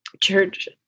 church